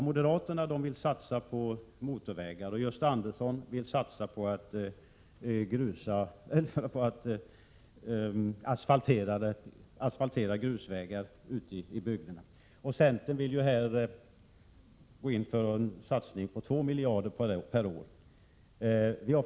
Moderaterna vill satsa på motorvägar och Gösta Andersson och centern vill satsa 2 miljarder per år på att asfaltera grusvägar ute i bygderna.